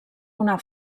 una